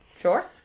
Sure